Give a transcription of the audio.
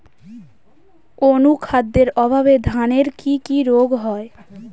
অনুখাদ্যের অভাবে ধানের কি কি রোগ হয়?